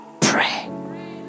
pray